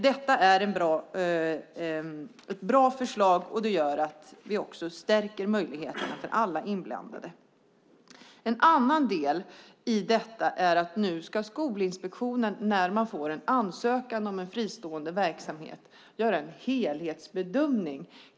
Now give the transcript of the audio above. Detta är ett bra förslag. Vi stärker möjligheterna för alla inblandade. När man får en ansökan om en fristående verksamhet ska Skolinspektionen göra en helhetsbedömning.